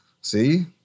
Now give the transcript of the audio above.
See